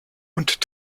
und